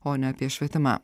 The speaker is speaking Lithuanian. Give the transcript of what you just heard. o ne apie švietimą